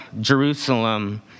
Jerusalem